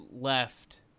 left